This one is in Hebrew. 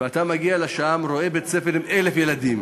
ואתה רואה בית-ספר עם 1,000 ילדים.